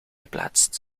geplaatst